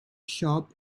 shop